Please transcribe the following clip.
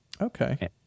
Okay